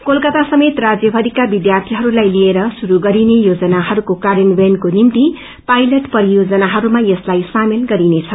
कोलकाता समेत राज्यमरिका विध्यार्यीहरूलाई लिएर श्रुरू गरिने योजनाहरूको कार्यान्वयनको निम्ति पायलट परियोजनाहरूमा यसलाई सामेल गरिनेछ